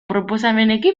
proposamenekin